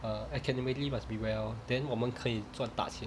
err academically must be well then 我们可以赚大钱